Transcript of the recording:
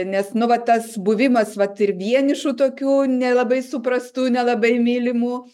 nes nu va tas buvimas vat ir vienišu tokiu nelabai suprastu nelabai mylimu